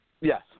Yes